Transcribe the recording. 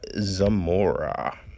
Zamora